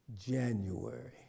January